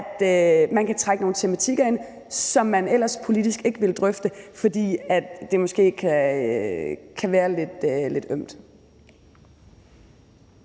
at man kan trække nogle tematikker ind, som man ellers politisk ikke ville drøfte, fordi det måske kan være lidt ømt.